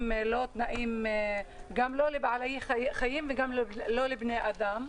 שהם לא מתאימים גם לבעלי חיים וגם לא לבני האדם,